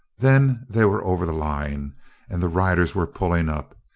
then they were over the line and the riders were pulling up.